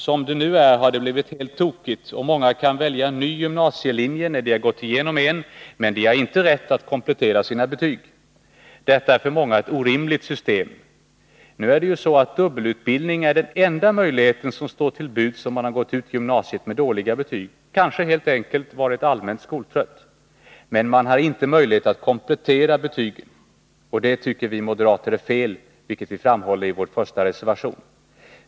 Som det nu är har det blivit tokigt, och många kan välja en ny gymnasielinje när de har gått igenom en, men de har inte rätt att komplettera sina betyg. Detta är för många ett orimligt system. Nu är det ju så att dubbelutbildningen är den enda möjlighet som står till buds om man har gått ut gymnasiet med dåliga betyg, kanske helt enkelt varit allmänt skoltrött. Man har inte möjlighet att komplettera betygen. Och det tycker vi moderater är fel, vilket vi framhåller i vår första reservation.